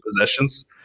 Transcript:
possessions